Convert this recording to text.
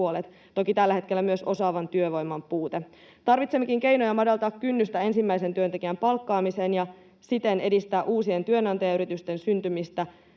toki tällä hetkellä myös osaavan työvoiman puute. Tarvitsemmekin keinoja madaltaa kynnystä ensimmäisen työntekijän palkkaamiseen ja siten edistää uusien työnantajayritysten syntymistä.